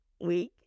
week